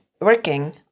working